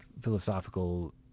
philosophical